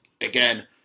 Again